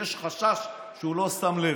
שיש חשש שהוא לא שם לב: